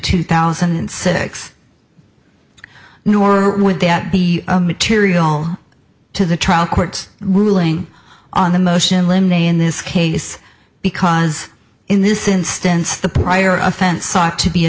two thousand and six nor would that be a material to the trial court ruling on the motion linda in this case because in this instance the prior offense sought to be